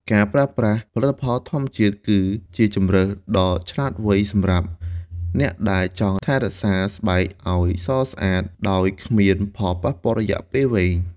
ការប្រើប្រាស់ផលិតផលធម្មជាតិគឺជាជម្រើសដ៏ឆ្លាតវៃសម្រាប់អ្នកដែលចង់ថែរក្សាស្បែកឲ្យសស្អាតដោយគ្មានផលប៉ះពាល់រយៈពេលវែង។